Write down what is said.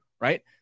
right